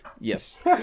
Yes